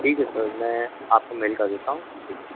ठीक है सर मैं आपको मेल कर देता हूँ ठीक